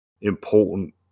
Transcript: important